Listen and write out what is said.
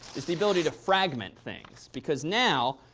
is the ability to fragment things. because now,